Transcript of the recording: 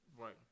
Right